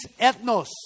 ethnos